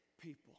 people